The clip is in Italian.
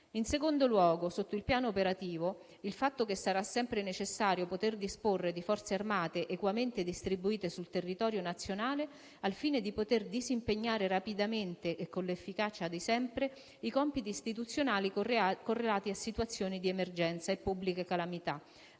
In secondo luogo, sotto il piano operativo, sarà sempre necessario poter disporre di Forze armate equamente distribuite sul territorio nazionale al fine di potersi disimpegnare rapidamente, e con l'efficacia di sempre, nell'attuazione dei compiti istituzionali correlati a situazioni di emergenza e pubbliche calamità